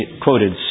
quoted